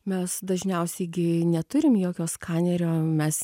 mes dažniausiai gi neturime jokio skanerio mes